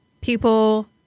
people